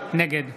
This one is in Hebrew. נגד